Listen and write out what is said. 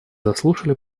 заслушали